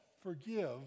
forgive